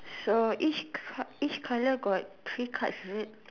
so each card each colour got three cards is it